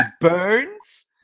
burns